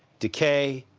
decay,